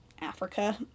Africa